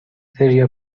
تریا